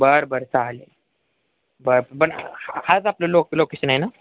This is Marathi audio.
बरं बरं चालेल बरं बन हाच आपलं लोक लोकेशन आहे ना